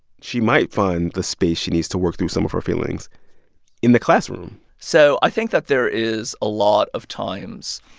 she might find the space she needs to work through some of her feelings in the classroom so i think that there is, a lot of times,